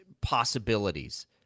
possibilities